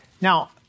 Now